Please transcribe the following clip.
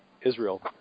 Israel